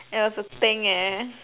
it's a thing leh